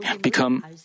become